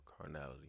carnality